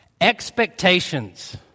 expectations